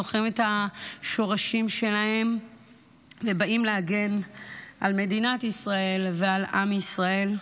זוכרים את השורשים שלהם ובאים להגן על מדינת ישראל ועל עם ישראל.